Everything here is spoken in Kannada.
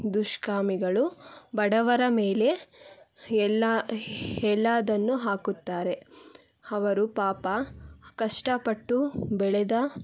ದುಷ್ಕರ್ಮಿಗಳು ಬಡವರ ಮೇಲೆ ಎಲ್ಲ ಎಲ್ಲದನ್ನೂ ಹಾಕುತ್ತಾರೆ ಅವರು ಪಾಪ ಕಷ್ಟಪಟ್ಟು ಬೆಳೆದ